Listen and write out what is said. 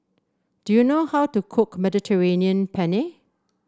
do you know how to cook Mediterranean Penne